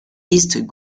east